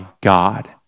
God